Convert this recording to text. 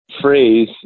phrase